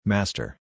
Master